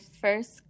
first